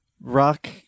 Rock